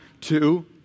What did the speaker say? to